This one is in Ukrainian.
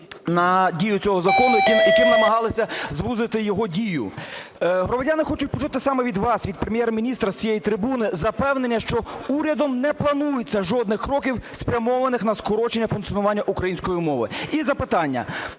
на дію цього закону, які намагалися звузити його дію. Громадяни хочуть почути саме від вас, від Прем’єр-міністра, з цієї трибуни запевнення, що урядом не планується жодних кроків, спрямованих на скорочення функціонування української мови. І запитання.